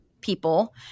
people